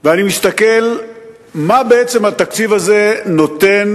ואני מסתכל מה בעצם התקציב הזה נותן